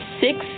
six